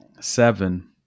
seven